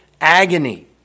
agony